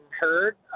heard